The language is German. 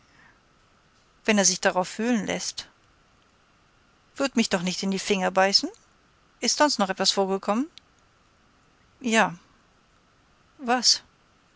wenn er sich darauf fühlen läßt wird mich doch nicht in die finger beißen ist sonst noch etwas vorgekommen ja was